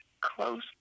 close